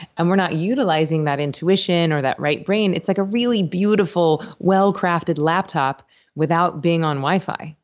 and we're not utilizing that intuition, or that right brain, it's like a really beautiful, well-crafted laptop without being on wifi.